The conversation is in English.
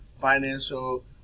Financial